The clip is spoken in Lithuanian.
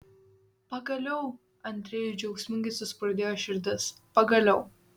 pagaliau andrejui džiaugsmingai suspurdėjo širdis pagaliau